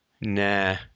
Nah